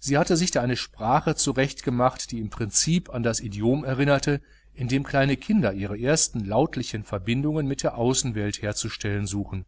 sie hatte sich da eine sprache zurechtgemacht die im prinzip an das idiom erinnerte in dem kleine kinder ihre ersten lautlichen verbindungen mit der außenwelt herzustellen suchen